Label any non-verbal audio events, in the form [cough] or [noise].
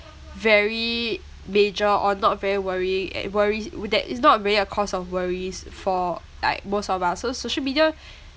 very major or not very worrying at worries would that is not really a cause of worries for like most of us so social media [breath]